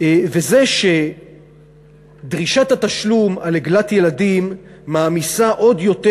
וזה שדרישת התשלום על עגלת ילדים מעמיסה עוד יותר